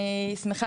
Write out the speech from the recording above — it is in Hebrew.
אני שמחה,